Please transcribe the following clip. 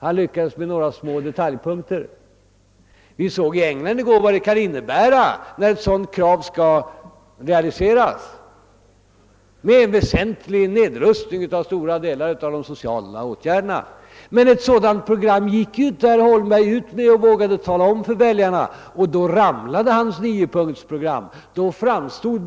Han lyckades bara med några små detaljpunkter. Vi hörde i går vad det betytt när sådana krav skall realiseras i England. Det sker med en väsentlig nedrustning av stora delar av de sociala förmånerna. Men ett sådant program gick inte herr Holmberg ut med. Det vågade han inte tala om för väljarna — och då föll ju hans niopunktsprogram ihop!